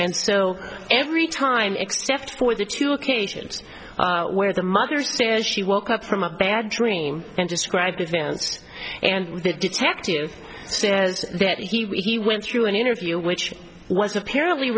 and so every time except for the two occasions where the mother says she woke up from a bad dream and described advanced and the detective says that he went through an interview which was apparently